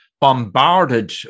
bombarded